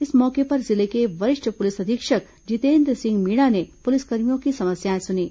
इस मौके पर जिले के वरिष्ठ पुलिस अधीक्षक जितेन्द्र सिंह मीणा ने पुलिसकर्मियों की समस्याएं सुनीं